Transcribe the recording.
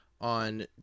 on